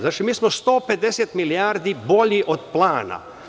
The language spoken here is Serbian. Znači, mi smo 150 milijardi bolji od plana.